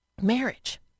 marriage